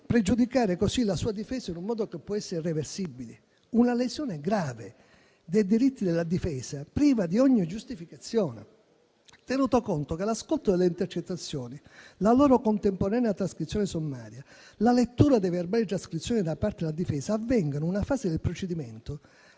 pregiudicare così la sua difesa in un modo che può essere irreversibile. È una lesione grave dei diritti della difesa, priva di ogni giustificazione, tenuto conto che l'ascolto delle intercettazioni, la loro contemporanea trascrizione sommaria e la lettura dei verbali di trascrizione da parte della difesa avvengono in una fase del procedimento